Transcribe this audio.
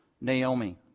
Naomi